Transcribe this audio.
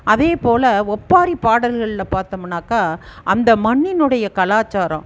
அதேப்போல் ஒப்பாரி பாடல்களில் பார்த்தம்னாக்கா அந்த மண்ணினுடைய கலாச்சாரம்